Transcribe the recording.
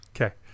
Okay